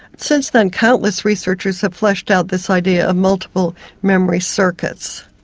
since then countless researchers have fleshed out this idea of multiple memory circuits.